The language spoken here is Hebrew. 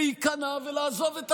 להיכנע ולעזוב את תפקידו,